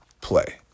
play